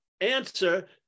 answer